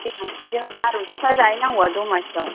देनां देनां लारु फिथा जाहैनांगौ दमासिआव